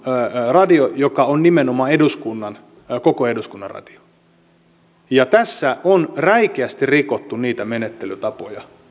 radio joka on nimenomaan koko eduskunnan radio ja tässä on räikeästi rikottu niitä menettelytapoja